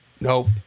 nope